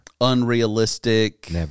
unrealistic